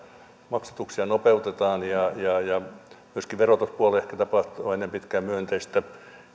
maksatuksia nopeutetaan ja myöskin verotuspuolella ehkä tapahtuu ennen pitkää myönteistä ja